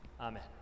Amen